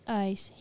eyes